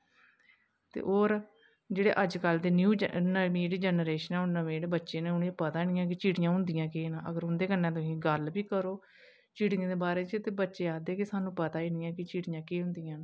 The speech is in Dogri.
ते होर जेह्ड़े अज्जकल दे न्यू ज नमीं जेह्ड़ी जनरेशन ऐ हून नमें जेह्ड़े बच्चे न उ'नेंगी पता गै नेईं ऐ कि चिड़ियां होंदिया केह् न अगर उं'दे कन्नै तुस गल्ल बी करो चिड़ियें दे बारे च ते बच्चे आखदे कि सानूं पता ही नेईं ऐ कि चिड़ियां केह् होंदियां न